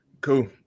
Cool